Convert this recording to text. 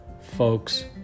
folks